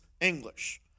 English